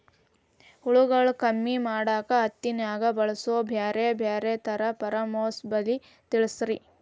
ಹುಳುಗಳು ಕಮ್ಮಿ ಮಾಡಾಕ ಹತ್ತಿನ್ಯಾಗ ಬಳಸು ಬ್ಯಾರೆ ಬ್ಯಾರೆ ತರಾ ಫೆರೋಮೋನ್ ಬಲಿ ತಿಳಸ್ರಿ